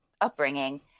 upbringing